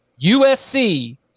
USC